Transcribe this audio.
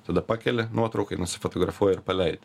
tada pakeli nuotraukai nusifotografuoji ir paleidi